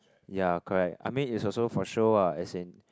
ya correct I mean is also for show ah as in